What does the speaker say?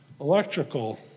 electrical